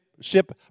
ship